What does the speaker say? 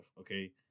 Okay